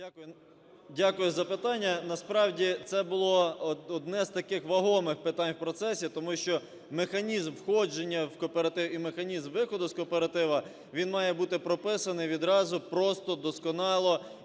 Дякую за запитання. Насправді, це було одне з таких вагомих питань в процесі, тому що механізм входження в кооператив і механізм виходу з кооперативу, він має бути прописаний відразу просто, досконало,